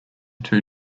two